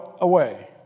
away